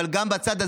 אבל גם בזה,